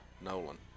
Nolan